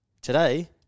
today